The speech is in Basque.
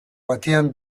batean